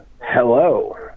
Hello